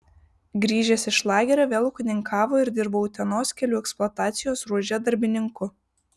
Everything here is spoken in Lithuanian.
grįžęs iš lagerio vėl ūkininkavo ir dirbo utenos kelių eksploatacijos ruože darbininku